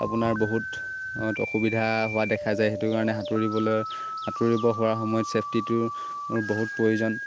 আপোনাৰ বহুত অসুবিধা হোৱা দেখা যায় সেইটো কাৰণে সাঁতোৰিবলৈ সাঁতুৰিব হোৱাৰ সময়ত চেফ্টিটোৰ বহুত প্ৰয়োজন